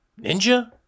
Ninja